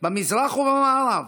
במזרח ובמערב,